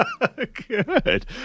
Good